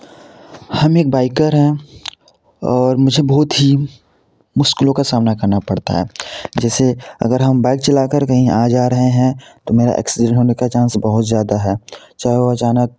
हम एक बाइकर हैं और मुझे बहुत ही मुश्किलों का सामना करना पड़ता है जैसे अगर हम बाइक चलाकर कहीं आ जा रहे हैं तो मेरा एक्सीडेंट होने का चांस बहुत ज़्यादा है चाहे वो अचानक